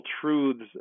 truths